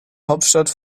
hauptstadt